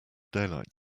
daylight